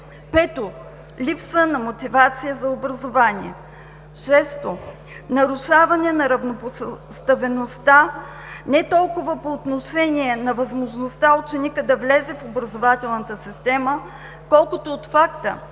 Пето, липса на мотивация за образование. Шесто, нарушаване на равнопоставеността не толкова по отношение на възможността ученика да влезе в образователната система, колкото от факта,